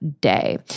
day